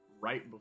right